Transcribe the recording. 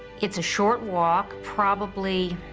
it's a short walk, probably